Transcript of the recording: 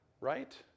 right